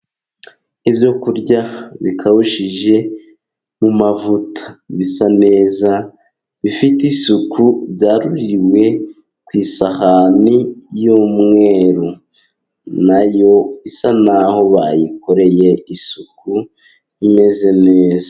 Ibyo kurya bikawushije mu mavuta bisa neza, bifite isuku, byaruririwe ku isahani y'umweru, nayo isa naho bayikoreye isuku imeze neza.